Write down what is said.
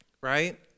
Right